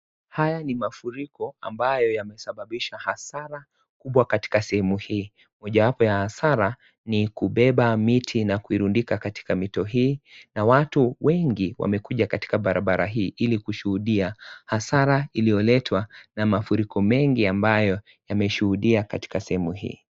Haya ni mafuriko ambayo yamesababisha hasara kubwa katika sehemu hii, moja wapo ya hasara ni kubeba miti na kuirundika katika mito hii, na watu wengi wamekuja katika barabara hii ili kushuhudia hasara iliyoletwa na mafuriko mengi ambayo yameshuhudiwa katika sehemu hii.